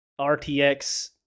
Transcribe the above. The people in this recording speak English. RTX